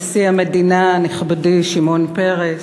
נשיא המדינה, נכבדי, שמעון פרס,